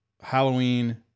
Halloween